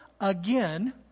again